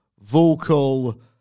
vocal